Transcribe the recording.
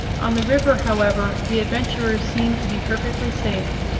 on the river, however, the adventurers seemed to be perfectly safe.